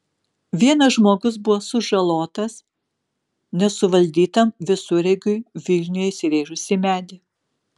vienas žmogus buvo sužalotas nesuvaldytam visureigiui vilniuje įsirėžus į medį